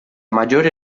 maggiore